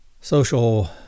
social